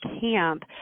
camp